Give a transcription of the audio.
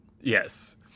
Yes